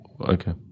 Okay